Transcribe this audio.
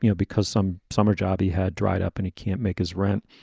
you know because some summer jobs had dried up and he can't make his rent.